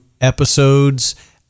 episodes